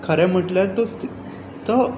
खरें म्हणल्यार तो